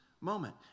moment